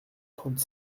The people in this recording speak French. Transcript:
trente